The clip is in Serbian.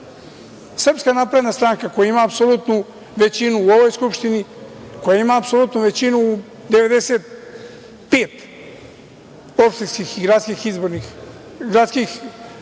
napredna stranka koja ima apsolutnu većinu u ovoj Skupštini, koja ima apsolutnu većinu 95 opštinskih i gradskih skupština,